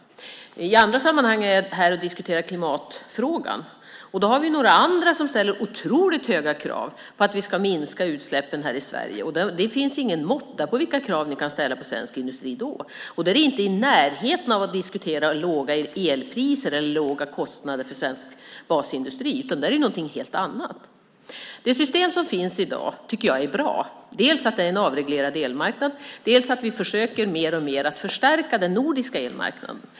I andra sammanhang är jag här och diskuterar klimatfrågan, och då har vi några andra som ställer otroligt höga krav på att vi ska minska utsläppen här i Sverige. Det är ingen måtta på vilka krav ni kan ställa på svensk industri då. Och då är ni inte i närheten av att diskutera låga elpriser eller låga kostnader för svensk basindustri, utan då är det någonting helt annat. Det system som finns i dag tycker jag är bra, dels att det är en avreglerad elmarknad, dels att vi mer och mer försöker förstärka den nordiska elmarknaden.